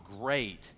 great